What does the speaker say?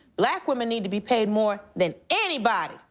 black women need to be paid more than anybody.